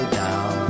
down